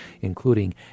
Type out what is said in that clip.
including